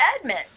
Edmund